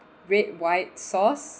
red white sauce